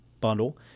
bundle